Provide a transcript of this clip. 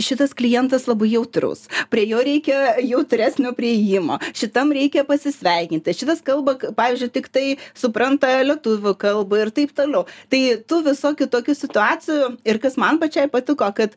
šitas klientas labai jautrus prie jo reikia jautresnio priėjimo šitam reikia pasisveikinti šias kalba pavyzdžiui tiktai supranta lietuvių kalbą ir taip toliau tai tų visokių tokių situacijų ir kas man pačiai patiko kad